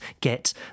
get